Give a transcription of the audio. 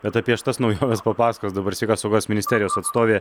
bet apie šitas naujoves papasakos dabar sveikatos apsaugos ministerijos atstovė